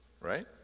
Right